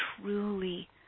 truly